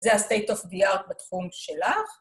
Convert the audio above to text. זה ה-State of the Art בתחום שלך.